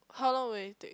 how long will it take